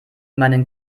meinen